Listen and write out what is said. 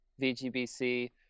VGBC